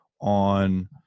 on